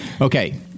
Okay